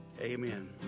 Amen